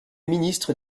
ministre